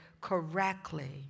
correctly